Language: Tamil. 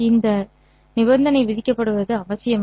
இந்த நிபந்தனை விதிக்கப்படுவது அவசியமில்லை